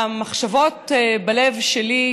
והמחשבות בלב שלי,